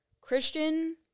christian